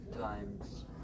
times